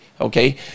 Okay